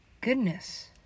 goodness